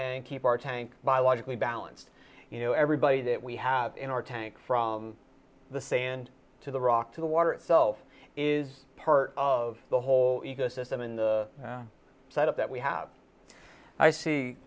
and keep our tank biologically balanced you know everybody that we have in our tank from the sand to the rock to the water itself is part of the whole ecosystem in the set up that we have i see